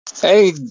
Hey